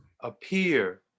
appear